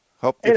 hope